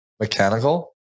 Mechanical